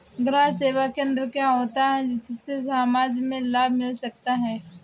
ग्राहक सेवा केंद्र क्या होता है जिससे समाज में लाभ मिल सके?